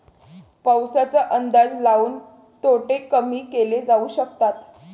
पाऊसाचा अंदाज लाऊन तोटे कमी केले जाऊ शकतात